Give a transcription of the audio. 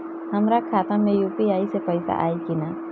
हमारा खाता मे यू.पी.आई से पईसा आई कि ना?